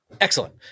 Excellent